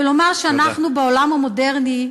ולומר שאנחנו בעולם המודרני,